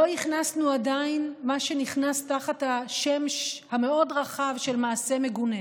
לא הכנסנו עדיין מה שנכנס תחת השם המאוד-רחב של מעשה מגונה,